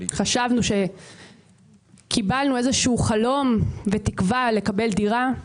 וחשבנו שקיבלנו איזשהם חלום ותקווה לקבל דירה,